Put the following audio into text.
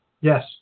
Yes